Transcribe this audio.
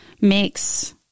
makes